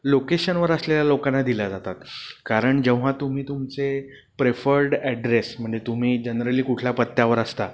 लोकेशनवर असलेल्या लोकांना दिल्या जातात कारण जेव्हा तुम्ही तुमचे प्रेफर्ड ॲड्रेस म्हणजे तुम्ही जनरली कुठल्या पत्त्यावर असता